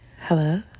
hello